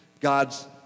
God's